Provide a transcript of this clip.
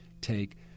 take